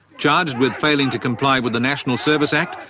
charged with failing to comply with the national service act,